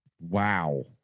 Wow